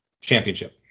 Championship